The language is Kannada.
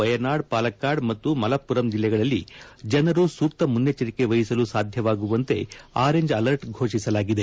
ವಯನಾಡ್ ಪಾಲಕ್ಕಾಡ್ ಮತ್ತು ಮಲಪ್ಪರಂ ಜಿಲ್ಲೆಗಳಲ್ಲಿ ಜನರು ಸೂಕ್ತ ಮುನ್ನೆಚ್ಚರಿಕೆ ವಹಿಸಲು ಸಾಧ್ಯವಾಗುವಂತೆ ಆರೆಂಜ್ ಅಲರ್ಟ್ ಘೋಷಿಸಲಾಗಿದೆ